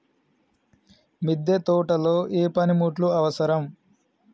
మిద్దె తోటలో ఏ పనిముట్లు అవసరం?